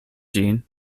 ĝin